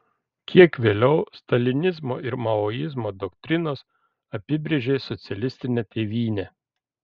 kiek vėliau stalinizmo ir maoizmo doktrinos apibrėžė socialistinę tėvynę